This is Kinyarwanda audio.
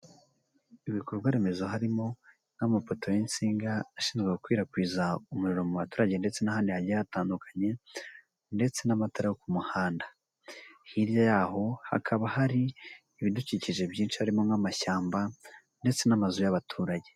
Ibikorwaremezo harimo nk'amafoto y'insinga ashinzwe gukwirakwiza umuriro mu baturage ndetse n'ahandi hagiye hatandukanye ndetse n'amatara yo ku muhanda, hirya yaho hakaba hari ibidukikije byinshi harimo nk'amashyamba ndetse n'amazu y'abaturage.